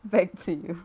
back to you